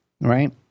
right